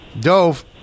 Dove